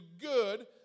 good